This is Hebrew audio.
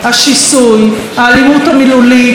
לא נשארת בממשלה,